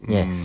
Yes